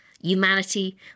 Humanity